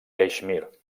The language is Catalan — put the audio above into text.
caixmir